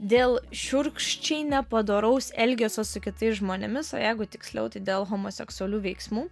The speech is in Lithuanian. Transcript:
dėl šiurkščiai nepadoraus elgesio su kitais žmonėmis o jeigu tiksliau tai dėl homoseksualių veiksmų